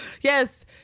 Yes